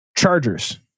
Chargers